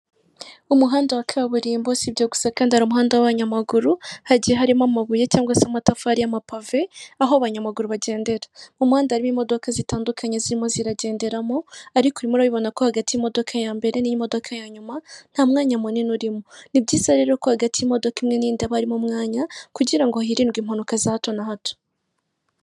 Umuhanda wa kaburimbo si ibyo gusa kandi hari umuhanda w'abanyamaguru hagiye harimo amabuye cyangwa se amatafari yamapave, aho abanyamaguru bagendera mumohanda w'imodoka zitandukanye zirimo ziragenderamo arikomurabibona ko hagati y'imodoka ya mbere n'imodoka ya nyuma nta mwanya munini urimo ni byiza rero ko hagati y'imodoka imwe n'inda bari mu mwanya kugirango ngo hirindwe impanuka za hato na hato.